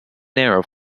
narrow